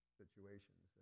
situations